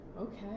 Okay